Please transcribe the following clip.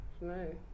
no